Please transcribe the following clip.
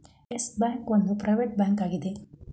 Yes bank ಒಂದು private bank ಆಗಿದೆ